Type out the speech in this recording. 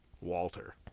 Walter